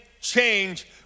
change